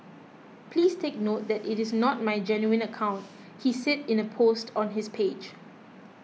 please take note that it is not my genuine account he said in a post on his page